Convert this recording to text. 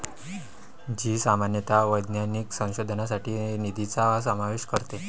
जी सामान्यतः वैज्ञानिक संशोधनासाठी निधीचा समावेश करते